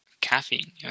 caffeine